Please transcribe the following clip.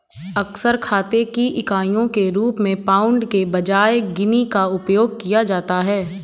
अक्सर खाते की इकाइयों के रूप में पाउंड के बजाय गिनी का उपयोग किया जाता है